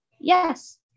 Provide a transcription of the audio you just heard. yes